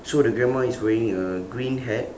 so the grandma is wearing a green hat